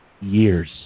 years